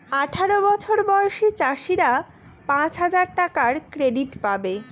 আঠারো বছর বয়সী চাষীরা পাঁচ হাজার টাকার ক্রেডিট পাবে